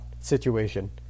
situation